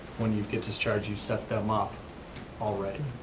when you get discharged, you've set them up already,